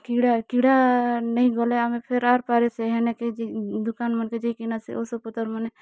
କିଡ଼ା କିଡ଼ା ନାଇଁ ଗଲେ ଆମେ ଫିର୍ ଆର୍ ପାରି ସେ ହେନେ କି ଦୁକାନ୍ମାନଙ୍କୁ ଯାଇ କିନା ସେ ଉଷଦପତର୍ ମାନେ